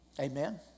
amen